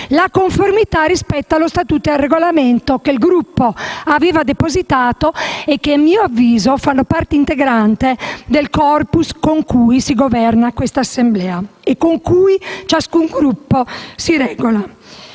senatori rispetto allo statuto e al regolamento che il Gruppo aveva depositato e che, a mio avviso, fanno parte integrante del *corpus* con cui si governa quest'Assemblea e con cui ciascun Gruppo si regola.